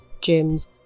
gyms